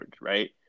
Right